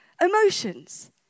emotions